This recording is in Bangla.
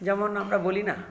যেমন আমরা বলি না